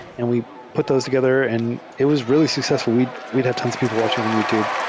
and we put those together and it was really successful. we'd we'd have tons of people watching on youtube.